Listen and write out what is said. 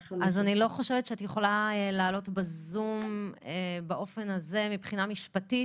בת 15. אז אני לא חושבת שאת יכולה לעלות בזום באופן הזה מבחינה משפטית,